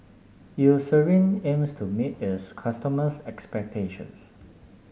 Eucerin aims to meet its customers' expectations